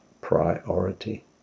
priority